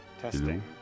Testing